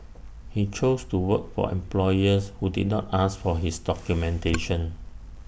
he chose to work for employers who did not ask for his documentation